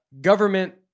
government